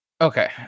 Okay